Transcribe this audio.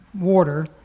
water